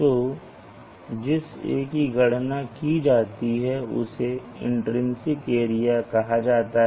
तो जिस A की गणना की जाती है उसे इन्ट्रिन्सिक एरिया कहा जाता है